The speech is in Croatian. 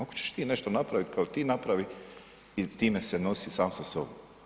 Ako ćeš ti nešto napraviti kao ti, napravi i time se nosi sam sa sobom.